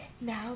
Now